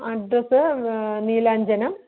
address Neelanjanam